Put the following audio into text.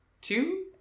two